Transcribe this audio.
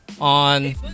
On